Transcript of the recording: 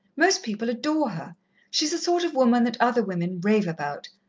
most people adore her she's the sort of woman that other women rave about,